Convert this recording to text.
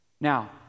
Now